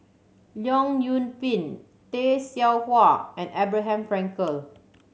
Leong Yoon Pin Tay Seow Huah and Abraham Frankel